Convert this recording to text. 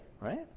right